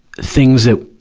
things that,